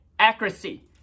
Accuracy